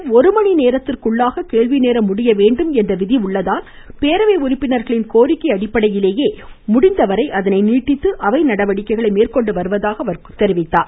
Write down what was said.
பேரவை தொடங்கியதும் ஒரு மணி நேரத்திற்குள்ளாக கேள்வி நேரம் முடியவேண்டும் என்ற விதி உள்ளதால் பேரவை உறுப்பினர்களின் கோரிக்கை அடிப்படையிலேயே முடிந்தவரை அதனை நீட்டித்து அவை நடவடிக்கைகளை மேற்கொண்டு வருவதாக அவர் கூறினார்